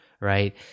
right